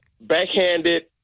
backhanded